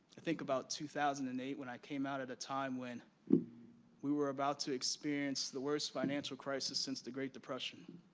i think about two thousand and eight, when i came out at a time when we were about to experience the worst financial crisis since the great depression.